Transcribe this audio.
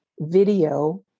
video